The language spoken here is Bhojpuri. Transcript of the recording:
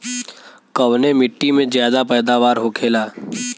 कवने मिट्टी में ज्यादा पैदावार होखेला?